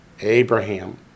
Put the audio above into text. Abraham